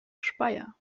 speyer